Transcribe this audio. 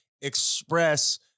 express